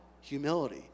humility